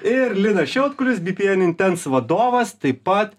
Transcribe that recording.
ir linas šiautkulis bpn intens vadovas taip pat